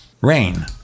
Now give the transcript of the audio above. Rain